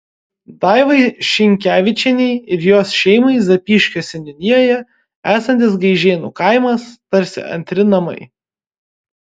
daivai šinkevičienei ir jos šeimai zapyškio seniūnijoje esantis gaižėnų kaimas tarsi antri namai